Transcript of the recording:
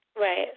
Right